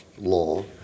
law